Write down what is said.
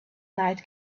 night